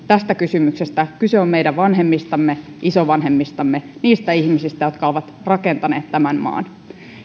tästä kysymyksestä kyse on meidän vanhemmistamme isovanhemmistamme niistä ihmisistä jotka ovat rakentaneet tämän maan